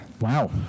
Wow